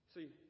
See